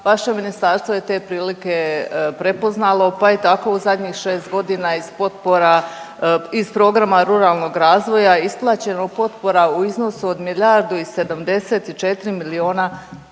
Vaše je ministarstvo te prilike prepoznalo pa je tako u zadnjih 6 godina iz potpora iz programa ruralnog razvoja isplaćeno potpora u iznosu od milijardu i 74 miliona